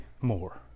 more